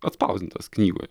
atspausdintas knygoj